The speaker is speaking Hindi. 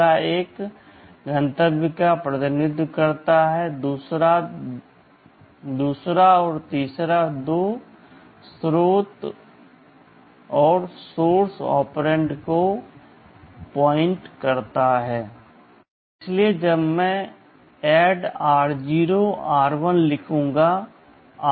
पहला एक गंतव्य का प्रतिनिधित्व करता है दूसरा और तीसरा दो स्रोत ऑपरेंड को इंगित करता है